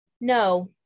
No